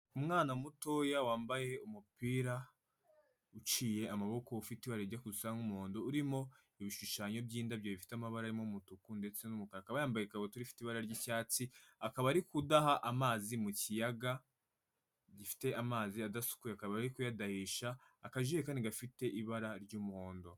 Umwana mutoya wambaye umupira uciye amaboko, ufite ibara rijya gusa nk'umuhondo, urimo ibishushanyo by'indabyo bifite amabara arimo umutuku ndetse n'umukara, akaba yambaye ikabutura ifite ibara ry'icyatsi, akaba ari kudaha amazi mu kiyaga gifite amazi adasukuye, akaba ari kuyadahisha akajikani, gafite ibara ry'umuhondo.